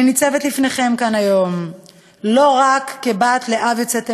אני ניצבת לפניכם כאן היום לא רק כבת לאב יוצא תימן,